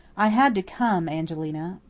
i had to come, angelina,